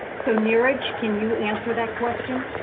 so neeraj, can you answer that question?